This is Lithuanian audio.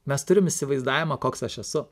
mes turim įsivaizdavimą koks aš esu